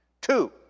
Two